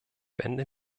wende